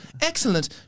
excellent